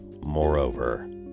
Moreover